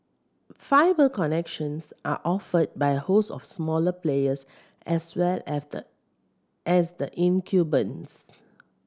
fibre connections are offered by a host of smaller players as well as the as the incumbents